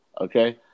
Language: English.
Okay